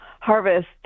harvest